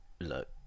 look